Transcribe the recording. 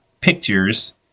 pictures